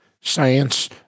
science